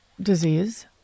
disease